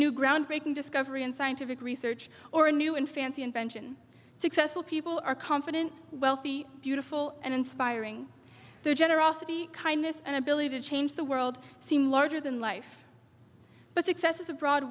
new groundbreaking discovery in scientific research or a new and fancy invention successful people are confident wealthy beautiful and inspiring their generosity kindness and ability to change the world seem larger than life but success is a broad